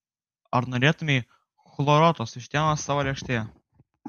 ar norėtumei chloruotos vištienos savo lėkštėje